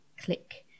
click